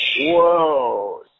whoa